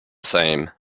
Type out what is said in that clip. same